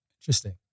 Interesting